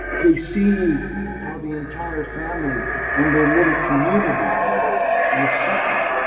they see how the entire family and their little community will suffer.